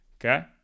Okay